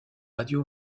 radio